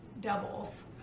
doubles